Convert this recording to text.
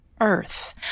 earth